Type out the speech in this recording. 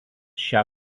šią